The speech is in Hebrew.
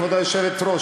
כבוד היושבת-ראש,